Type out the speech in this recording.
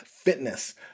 fitness